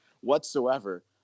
whatsoever